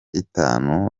itanu